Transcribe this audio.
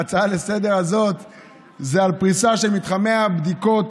ההצעה לסדר-היום הזו היא על פריסה של מתחמי הבדיקות,